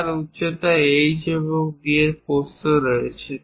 যার উচ্চতা h এবং d এর প্রস্থ রয়েছে